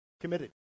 Committed